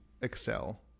excel